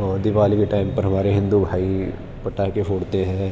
اور دیوالی کے ٹائم پر ہمارے ہندو بھائی پٹاخے پھوڑتے ہیں